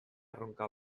erronka